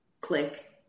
click